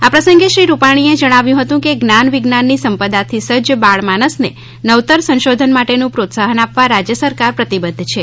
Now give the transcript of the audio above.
આ પ્રસંગે શ્રી રૂપાણીએ જણાવ્યુ હતું કે જ્ઞાન વિજ્ઞાનની સંપદાથી સજ્જ બાળમાનસને નવતર સંશોધન માટેનું પ્રોત્સાહન આપવા રાજ્ય સરકાર પ્રતિબદ્ધ છે